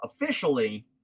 Officially